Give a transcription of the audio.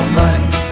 money